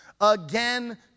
again